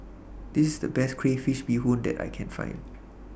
This IS The Best Crayfish Beehoon that I Can Find